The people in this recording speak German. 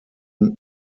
mauern